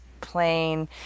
plain